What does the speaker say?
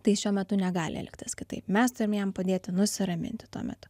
tai šiuo metu negali elgtis kitaip mes turim jam padėti nusiraminti tuo metu